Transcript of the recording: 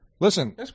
Listen